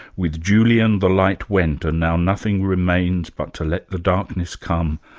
with julian the light went, and now nothing remains but to let the darkness come,